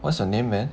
what's your name man